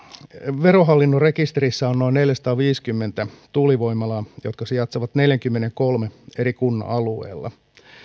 verohallinnon rekisterissä on noin neljäsataaviisikymmentä tuulivoimalaa jotka sijaitsevat neljäkymmentäkolme eri kunnan alueella